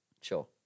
sure